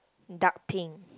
dark pink